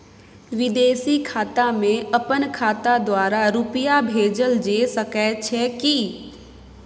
विदेशी खाता में अपन खाता द्वारा रुपिया भेजल जे सके छै की?